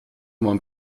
man